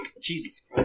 Jesus